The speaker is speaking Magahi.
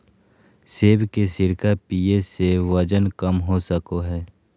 सेब के सिरका पीये से वजन कम हो सको हय